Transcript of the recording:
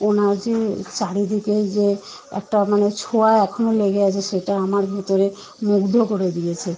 ওনার যে চারিদিকে যে একটা মানে ছোঁয়া এখনো লেগে আছে সেটা আমার ভেতরে মুগ্ধ করে দিয়েছে